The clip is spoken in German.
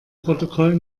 protokoll